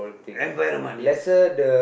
environment yes